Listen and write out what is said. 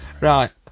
Right